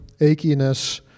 achiness